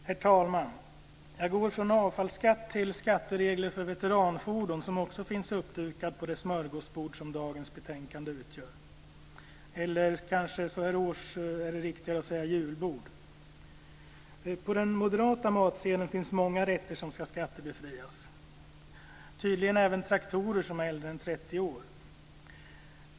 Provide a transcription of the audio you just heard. Herr talman! Jag går från avfallsskatt till skatteregler för veteranfordon som också finns uppdukat på det smörgåsbord som dagens betänkande utgör - eller kanske är det så här års riktigare att säga julbord. På den moderata matsedeln finns många rätter som ska skattebefrias, tydligen även traktorer som är äldre än 30 år.